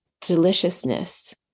deliciousness